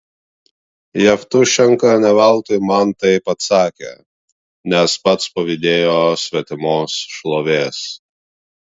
jevtušenka ne veltui man taip atsakė nes pats pavydėjo svetimos šlovės